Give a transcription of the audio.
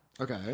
Okay